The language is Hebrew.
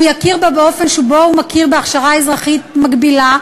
הוא יכיר בה באופן שבו הוא מכיר בהכשרה האזרחית המקבילה,